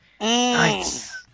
Nice